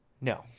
no